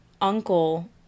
uncle